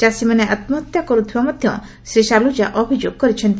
ଚାଷୀମାନେ ଆତ୍ମହତ୍ୟା କରୁଥିବା ମଧ୍ୟ ଶ୍ରୀ ସାଲୁଜା ଅଭିଯୋଗ କରିଛନ୍ତି